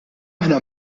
aħna